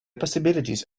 possibilities